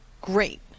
Great